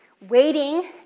waiting